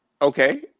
Okay